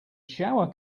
shower